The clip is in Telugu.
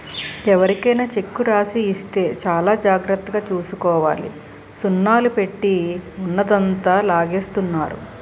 ఎవరికైనా చెక్కు రాసి ఇస్తే చాలా జాగ్రత్తగా చూసుకోవాలి సున్నాలు పెట్టి ఉన్నదంతా లాగేస్తున్నారు